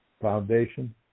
Foundation